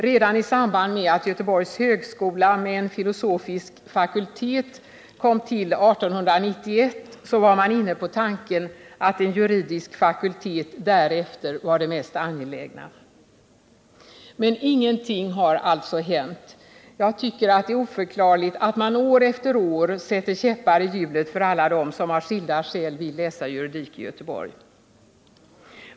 Redan i samband med att Göteborgs högskola med en filosofisk fakultet kom till 1891 var man inne på tanken att en juridisk fakultet därefter var det mest angelägna. Men ingenting har alltså hänt. Jag tycker att det är oförklarligt att man år efter år sätter käppar i hjulet för alla dem som av skilda skäl vill läsa juridik i Göteborg.